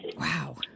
Wow